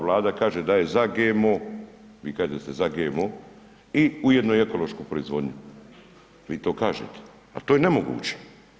Vlada kaže da je za GMO, vi kažete da ste za GMO i ujedno i ekološku proizvodnju, vi to kažete ali to je nemoguće.